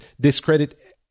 discredit